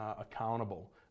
accountable